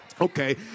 Okay